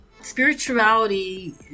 spirituality